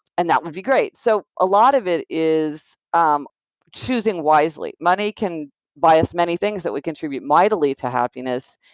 and that would be great so a lot of it is um choosing wisely. money can buy us many things that would contribute or might lead to happiness.